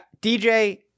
DJ